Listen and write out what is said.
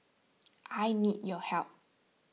I need your help